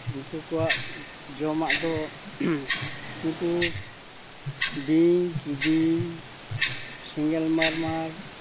ᱩᱱᱠᱩ ᱠᱚᱣᱟᱜ ᱡᱚᱢᱟᱜ ᱫᱚ ᱩᱱᱠᱩ ᱵᱤᱧ ᱠᱤᱫᱤᱧ ᱥᱮᱸᱜᱮᱞ ᱢᱟᱨᱢᱟᱨ